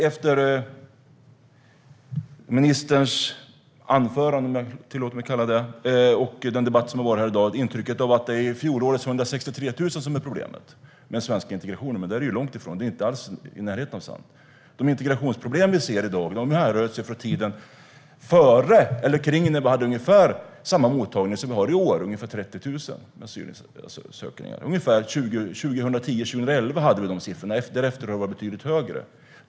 Efter ministerns anförande - tillåt mig att kalla det så - och den debatt som har varit här i dag får man intrycket att det är fjolårets 163 000 som är problemet med svensk integration. Men det är det ju långt ifrån - det är inte ens i närheten av sant. Integrationsproblemen i dag härrör från tiden före eller kring tiden då vi hade ungefär samma mottagande som vi har i år, ungefär 30 000 asylsökande. Ungefär 2010-2011 hade vi den siffran, därefter har den varit betydligt högre.